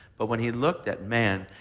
but when he looked at man,